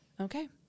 Okay